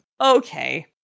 Okay